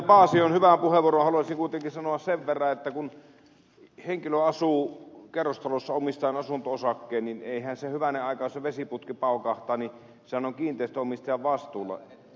paasion hyvään puheenvuoroon haluaisin kuitenkin sanoa sen verran että kun henkilö asuu kerrostalossa omistaen asunto osakkeen niin hyvänen aika jos vesiputki paukahtaa sehän on kiinteistönomistajan vastuulla